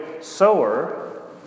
sower